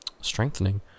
strengthening